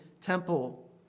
temple